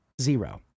zero